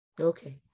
Okay